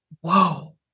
whoa